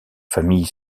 familles